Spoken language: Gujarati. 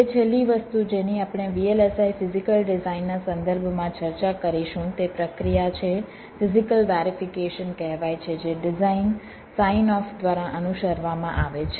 હવે છેલ્લી વસ્તુ જેની આપણે VLSI ફિઝીકલ ડિઝાઇનના સંદર્ભમાં ચર્ચા કરીશું તે પ્રક્રિયા છે ફિઝીકલ વેરિફીકેશન કહેવાય છે જે ડિઝાઇન સાઇન ઓફ દ્વારા અનુસરવામાં આવે છે